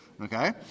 Okay